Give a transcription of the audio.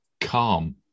calm